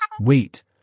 Wait